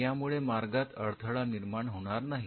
यामुळे मार्गात अडथळा निर्माण होणार नाही